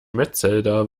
metzelder